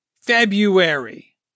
February